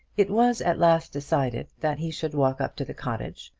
it was at last decided that he should walk up to the cottage,